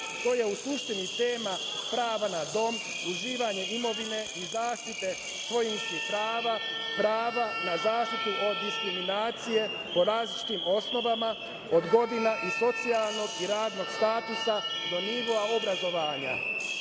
To je u suštini tema prava na dom i uživanje imovine i zaštite koristi prava na zaštitu od diskriminacije po različitim osnovama od godina i socijalnog i radnog statusa, do nivoa obrazovanja. Predloženi